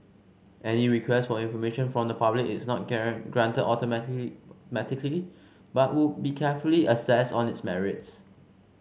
any request for information from the public is not granted automatic but would be carefully assessed on its merits